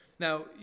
Now